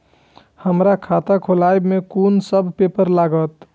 हमरा खाता खोलाबई में कुन सब पेपर लागत?